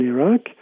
Iraq